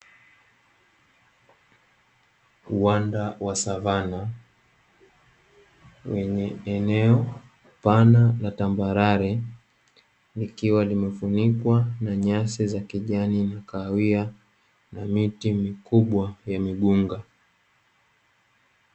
Uwanda wa savana, wenye eneo pana la tambarare, likiwa limefunikwa na nyasi za kijani na kahawia na miti mikubwa ya migunga.